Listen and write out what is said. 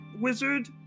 wizard